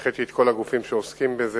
הנחיתי את כל הגופים שעוסקים בזה,